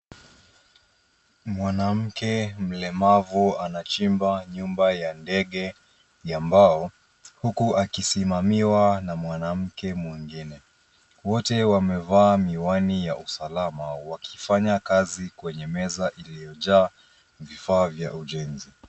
Mwanamke mlemavu anachimba nyumba ya ndege ya mbao, huku akisimamiwa na mwanamke mwengine. Wote wamevaa miwani ya usalama wakifanya kazi kwenye meza iliyojaa vifaa vya ujenzi.